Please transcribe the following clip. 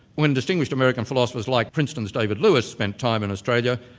when distinguished american philosophers like princeton's david lewis spent time in australia,